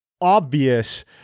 obvious